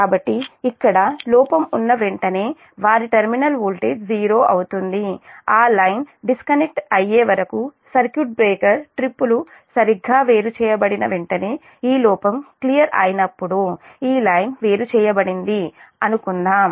కాబట్టి ఇక్కడ లోపం ఉన్న వెంటనే వారి టెర్మినల్ వోల్టేజ్ 0 అవుతుంది ఆ లైన్ డిస్కనెక్ట్ అయ్యే వరకు సర్క్యూట్ బ్రేకర్ ట్రిప్పులు సరిగ్గా వేరుచేయబడిన వెంటనే ఈ లోపం క్లియర్ అయినప్పుడు ఈ లైన్ వేరుచేయబడింది అనుకుందాం